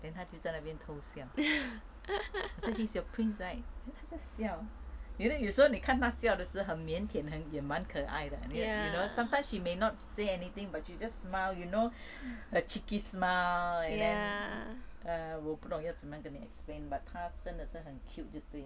then 她就在那边偷笑 so he's your prince right 有时候你看她笑的时候很腼腆很蛮可爱的 you know sometimes she may not say anything but she just smile you know her cheeky smile and then err 我不懂要什么样跟你 explain but 她真的是很 cute